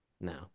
No